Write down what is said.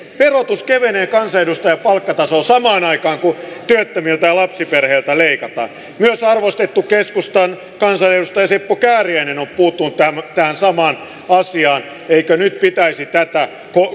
verotus kevenee kansanedustajan palkkatasolla samaan aikaan kun työttömiltä ja lapsiperheiltä leikataan myös arvostettu keskustan kansanedustaja seppo kääriäinen on puuttunut tähän samaan asiaan eikö nyt pitäisi tätä